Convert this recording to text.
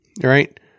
right